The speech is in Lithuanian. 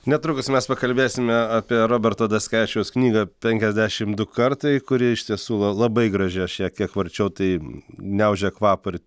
netrukus mes pakalbėsime apie roberto daskeviciaus knygą penkiasdešim du kartai kuri iš tiesų la labai graži aš ją kiek varčiau tai niaužė kvapą ir